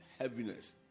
heaviness